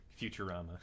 futurama